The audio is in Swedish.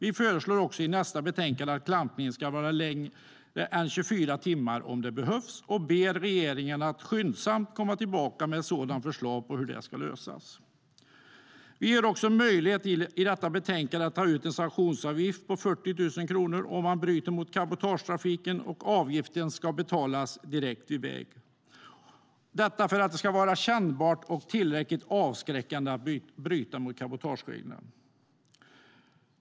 Vi föreslår också i nästa betänkande att klampningen ska vara längre än 24 timmar om det behövs och ber regeringen att skyndsamt komma tillbaka med ett förslag på hur det ska lösas. Enligt detta betänkande ska det ges möjlighet att ta ut en sanktionsavgift på 40 000 kronor om man bryter mot cabotagetrafiken, och avgiften ska betalas direkt vid vägen, detta för att det ska vara kännbart och tillräckligt avskräckande att bryta mot cabotagereglerna.